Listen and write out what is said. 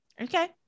okay